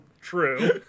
True